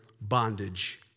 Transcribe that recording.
bondage